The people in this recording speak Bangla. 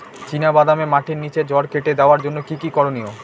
চিনা বাদামে মাটির নিচে জড় কেটে দেওয়ার জন্য কি কী করনীয়?